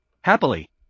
happily